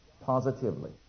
positively